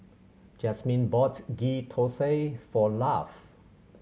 Jazmine bought Ghee Thosai for Lafe